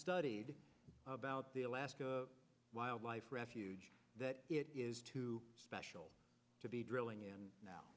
studied about the alaska wildlife refuge that it is too special to be drilling in now